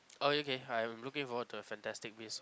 oh okay I'm looking forward to the fantastic beast